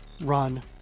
Run